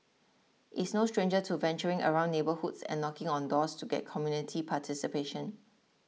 is no stranger to venturing around neighbourhoods and knocking on doors to get community participation